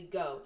go